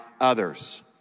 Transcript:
others